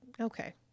okay